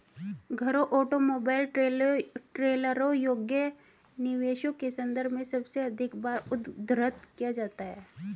घरों, ऑटोमोबाइल, ट्रेलरों योग्य निवेशों के संदर्भ में सबसे अधिक बार उद्धृत किया जाता है